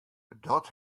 dat